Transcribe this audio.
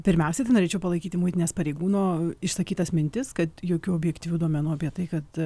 pirmiausia tai norėčiau palaikyti muitinės pareigūno išsakytas mintis kad jokių objektyvių duomenų apie tai kad